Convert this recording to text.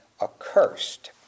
accursed